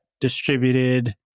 distributed